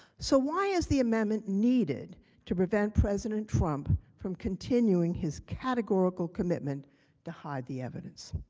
so why is the amendment needed to prevent president trump from continuing his categorical commitment to hide the evidence?